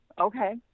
okay